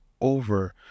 over